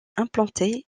implanté